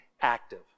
active